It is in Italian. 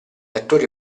attori